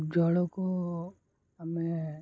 ଜଳକୁ ଆମେ